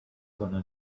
gonna